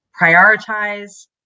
prioritize